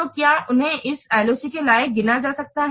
तो क्या उन्हें इस LOC के लायक गिना जा सकता है